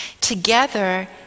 together